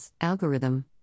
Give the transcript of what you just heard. algorithm